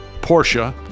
Porsche